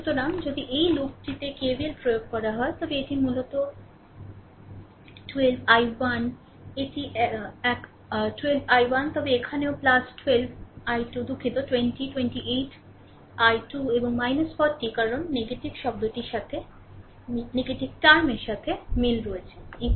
সুতরাং যদি এই লুপটিতে KVL প্রয়োগ করা হয় তবে এটি মূলত 12 I1 এটি এক 12 I1 তবে এখানেও 12 I2 দুঃখিত 20 28 I2 এবং 40 কারণ নেতিবাচক শব্দটির সাথে মিল রয়েছে 0